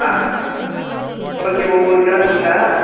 ஆ இப்போதைக்கி ஒவ்வொரு கிலோ கொடுங்க